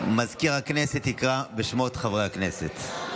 מזכיר הכנסת יקרא בשמות חברי הכנסת.